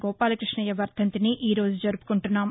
గోపాలకృష్ణయ్య వర్ధంతిని ఈరోజు జరుపుకుంటున్నాం